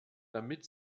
damit